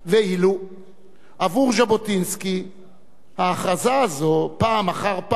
ואילו עבור ז'בוטינסקי ההכרזה הזו, פעם אחר פעם,